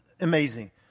amazing